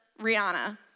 Rihanna